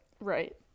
Right